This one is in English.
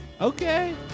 Okay